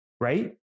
right